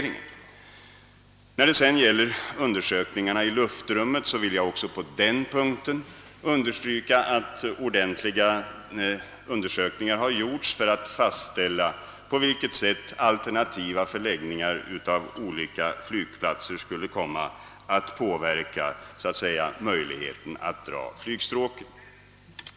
När det gäller undersökningarna i luftrummet vill jag också understryka att ordentliga utredningar har gjorts för att fastställa på vilka sätt alternativa förläggningar av olika flygplatser skulle komma att påverka möjligheten att dra flygstråken.